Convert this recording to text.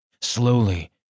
Slowly